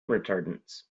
retardants